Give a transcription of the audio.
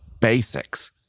basics